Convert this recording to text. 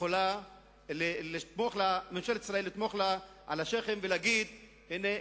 יכולה לטפוח לעצמה על השכם ולהגיד: הנה,